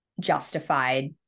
justified